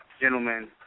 gentlemen